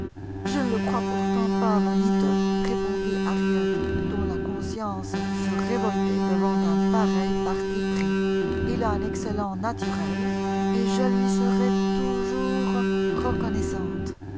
je ne le crois pourtant pas vaniteux répondit harriet dont la conscience se révoltait devant un pareil parti pris il a un excellent naturel et je lui serai toujours reconnaissante